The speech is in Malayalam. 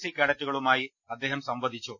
സി കേഡറ്റുകളുമായി അദ്ദേഹം സംവദിച്ചു